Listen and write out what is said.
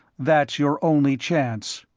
that's your only chance.